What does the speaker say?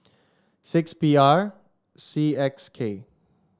six P R C X K